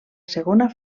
segona